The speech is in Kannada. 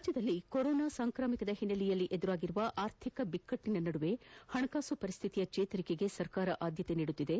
ರಾಜ್ಯದಲ್ಲಿ ಕೊರೋನಾ ಸಾಂಕ್ರಾಮಿಕದ ಹಿನ್ನೆಲೆಯಲ್ಲಿ ಎದುರಾಗಿರುವ ಆರ್ಥಿಕ ಬಿಕ್ಕಟ್ಟಿನ ನಡುವೆ ಹಣಕಾಸು ಪರಿಸ್ಡಿತಿಯ ಚೇತರಿಕೆಗೆ ಸರ್ಕಾರ ಆದ್ಯತೆ ನೀಡುತಿದ್ದು